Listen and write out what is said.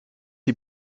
die